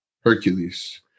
Hercules